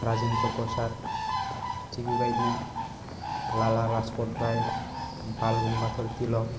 राजेन्द्र प्रसाद थिक बिबायदिनो लाला राजपत राय बाल गंगाधर तिलक